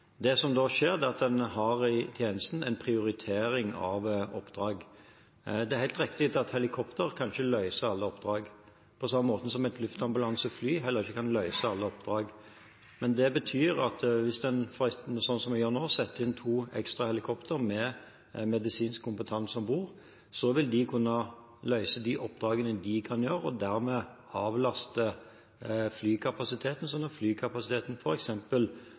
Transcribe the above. Det som da skjer, er at en har en prioritering av oppdrag i tjenesten. Det er helt riktig at helikopter ikke kan løse alle oppdrag, på samme måte som luftambulansefly heller ikke kan løse alle oppdrag. Men det betyr, slik som vi gjør nå, at når vi setter inn to ekstra helikopter med medisinsk kompetanse om bord, vil de kunne løse de oppdragene de kan gjøre, og vil dermed avlaste flykapasiteten, slik at flykapasiteten